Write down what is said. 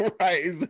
right